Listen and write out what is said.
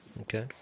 Okay